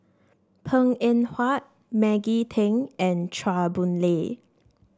Png Eng Huat Maggie Teng and Chua Boon Lay